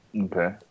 Okay